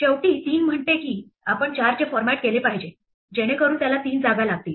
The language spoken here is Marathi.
शेवटी 3 म्हणते की आपण 4 चे फॉर्मेट केले पाहिजे जेणेकरून त्याला तीन जागा लागतील